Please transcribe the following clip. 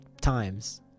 times